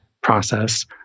process